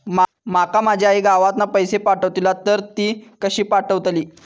माका माझी आई गावातना पैसे पाठवतीला तर ती कशी पाठवतली?